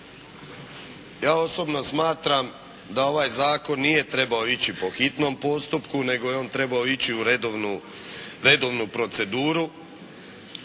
Ja osobno smatram da ovaj zakon nije trebao ići po hitnom postupku nego je on trebao ići u redovnu proceduru,